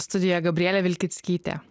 studijoje gabrielė vilkickytė